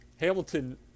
Hamilton